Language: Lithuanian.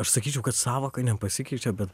aš sakyčiau kad sąvoka nepasikeičia bet